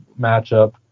matchup